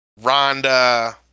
Rhonda